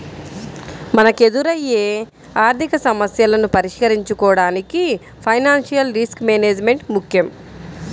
మనకెదురయ్యే ఆర్థికసమస్యలను పరిష్కరించుకోడానికి ఫైనాన్షియల్ రిస్క్ మేనేజ్మెంట్ ముక్కెం